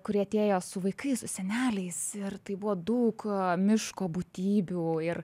kurie atėjo su vaikais su seneliais ir tai buvo daug miško būtybių ir